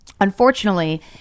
Unfortunately